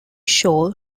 show